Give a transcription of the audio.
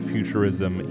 Futurism